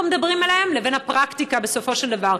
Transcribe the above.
מדברים עליהם לבין הפרקטיקה בסופו של דבר.